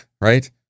right